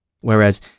Whereas